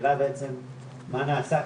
השאלה היא מה נעשה?